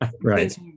Right